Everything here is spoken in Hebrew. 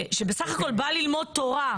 שבסך הכול בא ללמוד תורה,